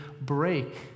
break